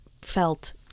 felt